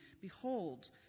behold